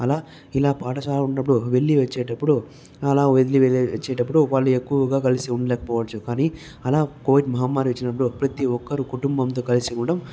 అలా ఇలా పాఠశాల ఉన్నప్పుడు వెళ్ళి వచ్చేటప్పుడు అలా వదిలివచ్చేటప్పుడు వాళ్ళు ఎక్కువగా కలిసి ఉండలేకపోవచ్చు కానీ అలా కోవిడ్ మహమ్మారి వచ్చినప్పుడుప్రతి ఒక్కరు కుటుంబంతో కలిసి ఉండటం